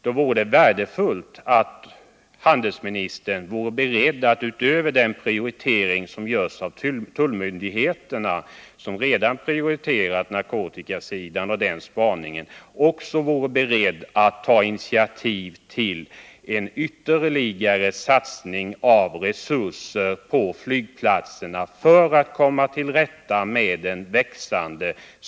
Då vore det värdefullt, om handelsministern vore beredd att utöver den prioritering som görs av tullmyndigheterna — som redan prioriterar spaningen på narkotikasidan — ta initiativ till en ytterligare satsning av resurser för narkotikaspaning på flygplatserna.